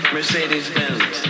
Mercedes-Benz